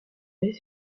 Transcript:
est